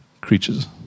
creatures